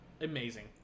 Amazing